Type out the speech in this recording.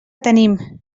tenim